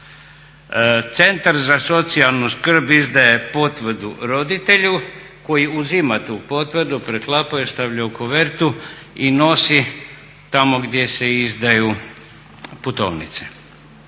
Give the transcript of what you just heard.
Centar za socijalnu skrb izdaje potvrdu roditelju koji uzima tu potvrdu, preklapa i stavlja u kovertu i nosi tamo gdje se izdaju putovnice.